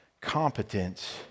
competence